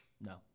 No